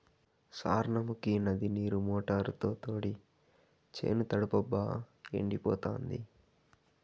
సార్నముకీ నది నీరు మోటారుతో తోడి చేను తడపబ్బా ఎండిపోతాంది